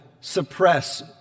suppress